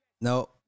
No